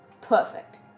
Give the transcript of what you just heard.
Perfect